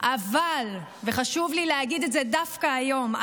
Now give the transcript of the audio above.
אבל חשוב לי להגיד את זה דווקא היום: